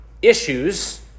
Issues